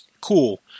Cool